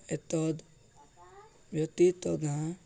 ଏତଦ୍ ବ୍ୟତୀତ ଗାଁ